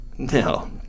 No